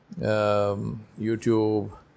YouTube